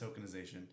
tokenization